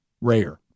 Rare